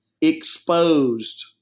exposed